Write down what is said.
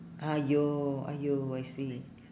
!aiyo! !aiyo! I see